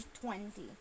twenty